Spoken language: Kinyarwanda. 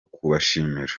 kubashimira